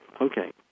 Okay